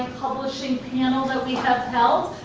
and publishing panel that we have held.